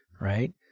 right